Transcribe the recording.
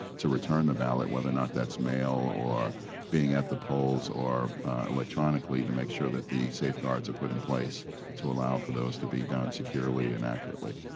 to return the ballot, whether or not that's mail or being at the polls or electronically, to make sure that the safe guards are put in place to allow for those to be done securely and accurately.